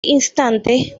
instante